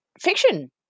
fiction